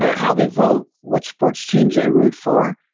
ah how they vote, what sports teams a root for.